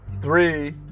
Three